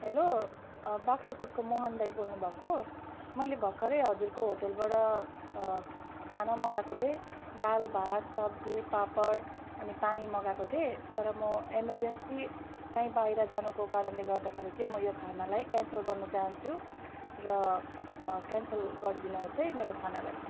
hello बाख्राकोटको मोहन दाइ बोल्नुभएको मैले भर्खरै हजुरको होटेलबाट खाना मगाएको थिएँ दाल भात सब्जी पापड अनि पानी मगाएको थिएँ तर म इमर्जेन्सी कहीँ बाहिर जानुको कारणले गर्दाखेरि चाहिँ म यो खानालाई क्यान्सल गर्नु चाहन्छु र क्यान्सल गरिदिनुहोस् है मेरो खानालाई